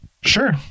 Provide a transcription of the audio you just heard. Sure